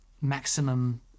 maximum